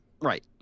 Right